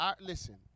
Listen